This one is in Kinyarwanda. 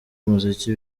umuziki